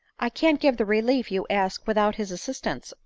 i can't give the relief you ask without his assistance,